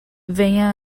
venha